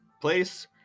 place